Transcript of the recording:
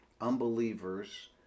unbelievers